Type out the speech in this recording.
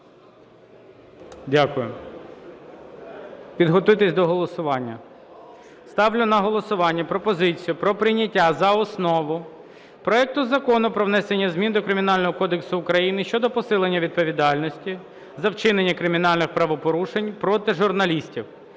Дякую. Підготуйтесь до голосування. Ставлю на голосування пропозицію про прийняття за основу проекту Закону про внесення змін до Кримінального кодексу України щодо посилення відповідальності за вчинення кримінальних правопорушень проти журналістів